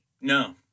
No